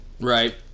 right